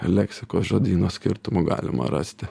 leksikos žodyno skirtumų galima rasti